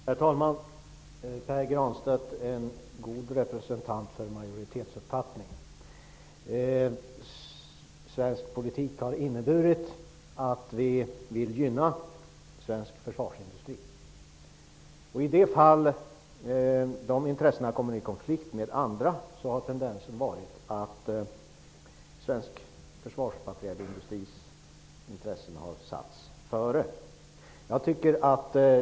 Herr talman! Pär Granstedt är en god representant för majoritetsuppfattningen. Svensk politik har inneburit att vi vill gynna svensk försvarsindustri. I de fall de intressena kommer i konflikt med andra, har tendensen varit att svensk försvarsmaterielindustris intressen har satts före.